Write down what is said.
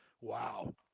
Wow